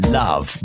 love